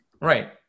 Right